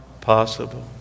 possible